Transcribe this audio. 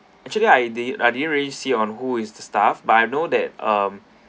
actually I din't didn't really see on who is the staff but I know that um